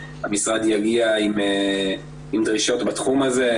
המשרד יגיע גם דרישות בתחום הזה.